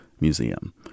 museum